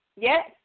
Yes